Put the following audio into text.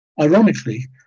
Ironically